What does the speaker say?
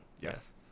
yes